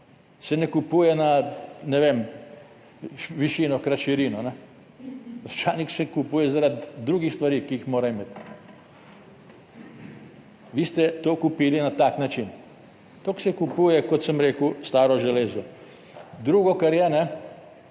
se ne kupuje na, ne vem, višino krat širino, računalnik se kupuje zaradi drugih stvari, ki jih mora imeti. Vi ste to kupili na tak način tako kot se kupuje, kot sem rekel, staro železo. Drugo, kar je